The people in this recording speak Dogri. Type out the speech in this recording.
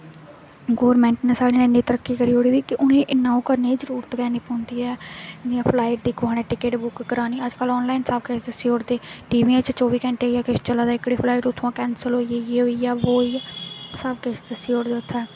गौरमैंट ने साढ़ी ने इन्नी तरक्की करी ओड़ी दी कि उ'नेंगी इन्ना ओह् करने दी जरूरत गी नेईं पौंदी ऐ जियां फ्लाइट दी कुसै ने टिकट बुक करानी अज्जकल आनलाइन सब किश दस्सी ओड़दे टीवियां च गै चौबी घैंटे जे किश चला दा एहकड़ी फ्लाइट उत्थुआं कैंसल होई गेई एह् होई गेआ बो होई गेआ सब किश दस्सी ओड़दे उत्थें